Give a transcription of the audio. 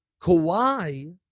Kawhi